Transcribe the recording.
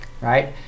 right